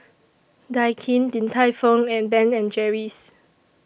Daikin Din Tai Fung and Ben and Jerry's